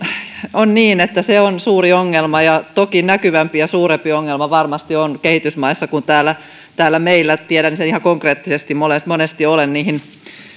on niin että se on suuri ongelma ja toki näkyvämpi ja suurempi ongelma varmasti kehitysmaissa kuin täällä täällä meillä tiedän sen ihan konkreettisesti monesti olen niihin